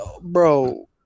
Bro